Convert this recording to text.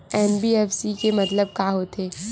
NBFC के मतलब का होथे?